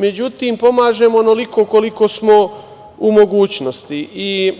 Međutim, pomažemo onoliko koliko smo u mogućnosti i